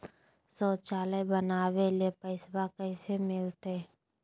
शौचालय बनावे ले पैसबा कैसे मिलते?